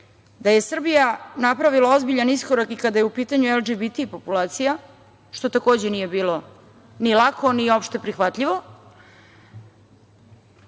da je Srbija napravila ozbiljan iskorak i kada je u pitanju LGBT populacija, što takođe nije bilo ni lako ni opšte prihvatljivo.